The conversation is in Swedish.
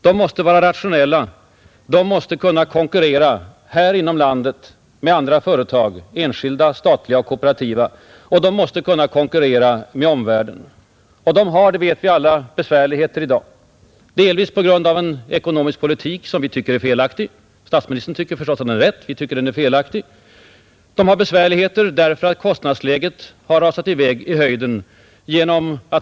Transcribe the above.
De måste vara rationella, de måste kunna konkurrera här inom landet med andra företag, enskilda, statliga eller kooperativa, och de måste kunna konkurrera med omvärlden. Vi vet alla att företagsamheten i dag har besvärligheter delvis på grund av en ekonomisk politik som vi tycker är felaktig — statsministern tycker förstås att den är riktig. Den har svårigheter därför att kostnadsläget har rasat i höjden.